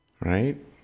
Right